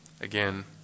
Again